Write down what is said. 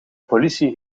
politie